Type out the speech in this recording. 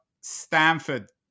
Stanford